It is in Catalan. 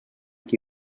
qui